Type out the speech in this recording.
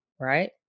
right